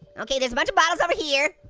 okay, there's a bunch of bottles over here.